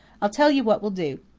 i'll tell you what we'll do.